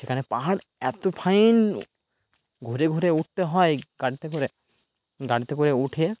সেখানে পাহাড় এত ফাইন ঘুরে ঘুরে উঠতে হয় গাড়িতে করে গাড়িতে করে উঠে